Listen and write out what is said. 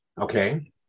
okay